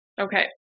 Okay